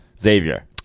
Xavier